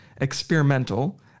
experimental